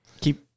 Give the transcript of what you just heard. Keep